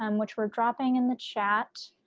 um which we're dropping in the chat.